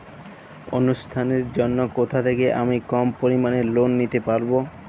অনুষ্ঠানের জন্য কোথা থেকে আমি কম পরিমাণের লোন নিতে পারব?